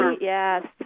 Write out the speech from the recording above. Yes